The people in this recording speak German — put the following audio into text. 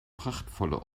prachtvolle